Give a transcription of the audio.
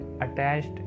Attached